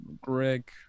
Greg